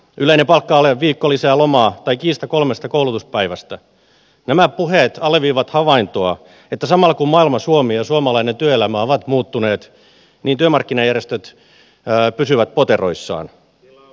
yleinen palkka ale viikko lisää lomaa tai kiista kolmesta koulutuspäivästä nämä puheet alleviivaavat havaintoa että samalla kun maailma suomi ja suomalainen työelämä ovat muuttuneet niin työmarkkinajärjestöt pysyvät poteroissaan